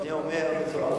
איזה מין דבר זה?